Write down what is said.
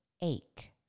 ache